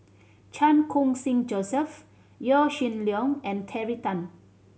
Chan Khun Sing Joseph Yaw Shin Leong and Terry Tan